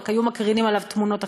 רק היו מקרינים עליו תמונות אחרות.